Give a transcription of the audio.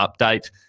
update